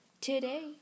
today